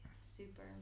super